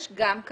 יש גם כאלה.